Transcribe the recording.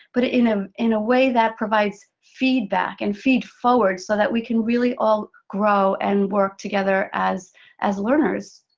but in um in a way that provides feedback and feed-forward, so that we can really all grow and work together as as learners.